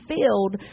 filled